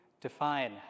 define